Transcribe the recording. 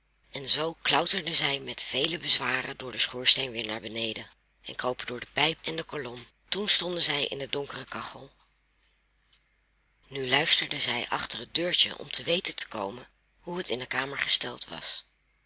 en zoo klauterden zij met vele bezwaren door den schoorsteen weer naar beneden en kropen door de pijp en de kolom toen stonden zij in de donkere kachel nu luisterden zij achter het deurtje om te weten te komen hoe het in de kamer gesteld was